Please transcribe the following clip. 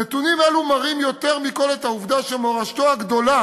נתונים אלו מראים יותר מכול את העובדה שמורשתו הגדולה